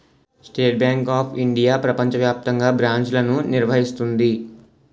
state Bank of India ప్రపంచ వ్యాప్తంగా బ్రాంచ్లను నిర్వహిస్తుంది